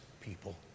people